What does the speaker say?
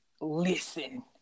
Listen